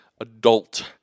adult